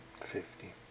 Fifty